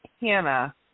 Hannah